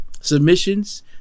submissions